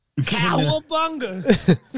Cowabunga